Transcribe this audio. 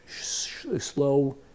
slow